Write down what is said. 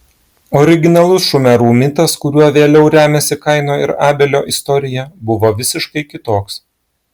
originalus šumerų mitas kuriuo vėliau remiasi kaino ir abelio istorija buvo visiškai kitoks